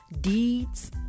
deeds